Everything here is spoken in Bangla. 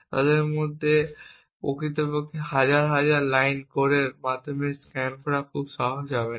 তাদের পক্ষে প্রকৃতপক্ষে হাজার হাজার লাইন আইপি কোরের মাধ্যমে স্ক্যান করা খুব সহজ হবে না